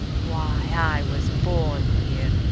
why, i was born here,